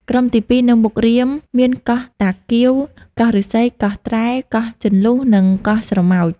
ក្រុមទីពីរ នៅមុខរាម មានកោះតា កៀវ កោះឫស្សី កោះត្រែ កោះចន្លុះ និងកោះស្រមោច។